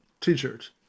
t-shirt